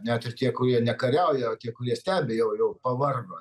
net ir tie kurie nekariauja o tie kurie stebi jau jau pavargo